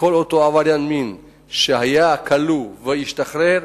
אותו עבריין מין שהיה כלוא והשתחרר,